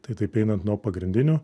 tai taip einant nuo pagrindinių